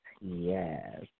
yes